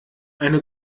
eine